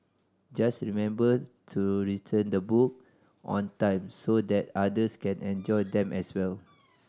just remember to return the book on time so that others can enjoy them as well